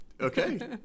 Okay